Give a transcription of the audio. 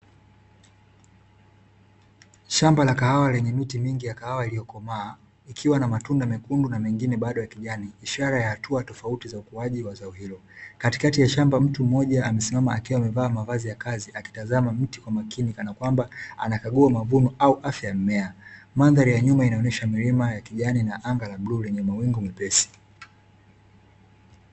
Shamba la kahawa lenye miti mingi ya kahawa iliyokomaa ikiwa na matunda mekundu na mengine bado ya kijani. Ishara ya hatua tofauti za ukuwaji wa zao hilo. Katikati ya shamba mtu mmoja amesimama akiwa amevaa mavazi ya kazi akitazama miti kwa makini kanakwamba anakagua mavuno au afya ya mimea. Mandhari ya nyuma inaonesha milima ya kijani na anga la bluu lenye mawingu mepesi.